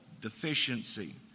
deficiency